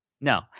No